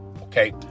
okay